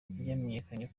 vyamenyekanye